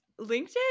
LinkedIn